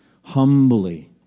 humbly